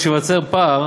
או שייווצר פער